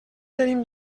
tenim